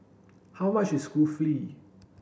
how much is Kulfi